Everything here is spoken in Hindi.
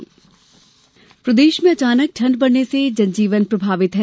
मौसम प्रदेश में अचानक ठंड बढ़ने से जनजीवन प्रभावित है